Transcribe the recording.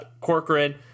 Corcoran